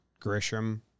Grisham